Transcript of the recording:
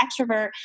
extrovert